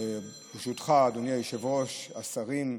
אדוני היושב-ראש, ברשותך, השרים,